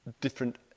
different